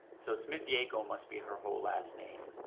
so smith-yackel must be her whole last name.